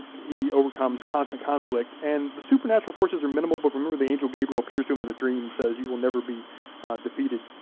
he overcomes constant conflict, and the supernatural forces are minimal, but remember the angel gabriel appears to him in a dream and says you will never be defeated.